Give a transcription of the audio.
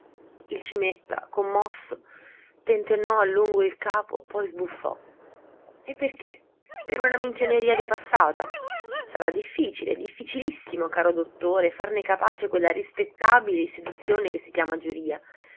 il cimetta commosso tentennò a lungo il capo poi sbuffò e perché per una minchioneria di passata sarà difficile difficilissimo caro dottore farne capace quella rispettabile istituzione che si chiama giuria